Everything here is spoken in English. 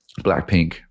Blackpink